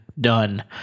done